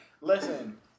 Listen